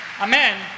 Amen